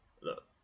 Look